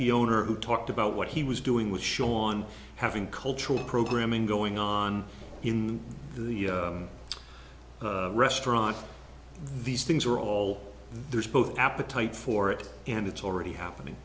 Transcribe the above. the owner who talked about what he was doing with sean having cultural programming going on in the restaurant these things are all there's both appetite for it and it's already happening